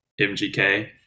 MGK